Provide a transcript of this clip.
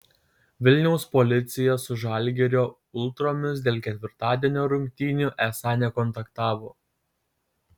vilniaus policija su žalgirio ultromis dėl ketvirtadienio rungtynių esą nekontaktavo